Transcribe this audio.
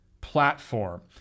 platform